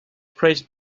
praised